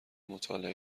مطالعه